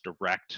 direct